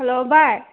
hello ꯚꯥꯏ